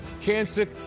Cancer